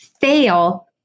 fail